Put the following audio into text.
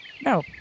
No